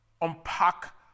unpack